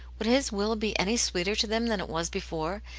would his will be any sweeter to them than it was before,